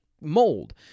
mold